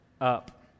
up